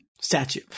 Statue